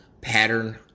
pattern